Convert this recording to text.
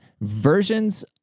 versions